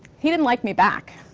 he didn't like me back.